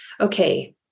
okay